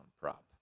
prop